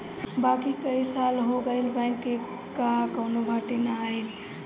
बाकी कई साल हो गईल बैंक कअ कवनो भर्ती ना आईल